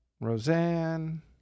Roseanne